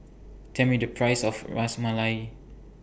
Tell Me The Price of Ras Malai